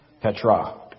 Petra